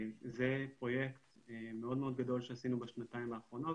זה פרויקט מאוד מאוד גדול שעשינו בשנתיים האחרונות,